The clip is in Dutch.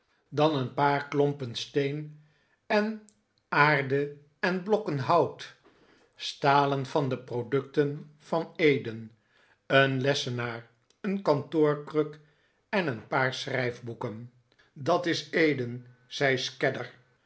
dan een maarten chuzzlewit paar klompen steen en aarde en blokken hout stalen van de producten van eden r een lessenaar een kantoorkruk en een paar schrijfboeken dat is eden zei